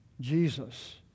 Jesus